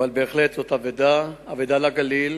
אבל זאת בהחלט אבדה, אבדה לגליל,